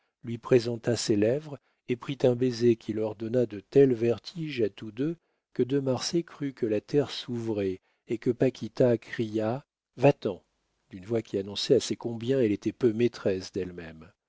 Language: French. lui présenta ses lèvres et prit un baiser qui leur donna de tels vertiges à tous deux que de marsay crut que la terre s'ouvrait et que paquita cria va-t'en d'une voix qui annonçait assez combien elle était peu maîtresse d'elle-même